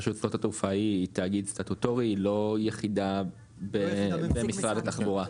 רשות שדות התעופה הוא תאגיד סטטוטורי הוא לא יחידה במשרד התחבורה.